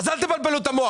אז אל תבלבלו את המוח.